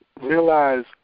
realize